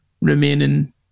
remaining